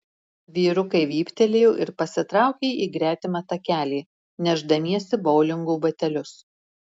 vyrukai vyptelėjo ir pasitraukė į gretimą takelį nešdamiesi boulingo batelius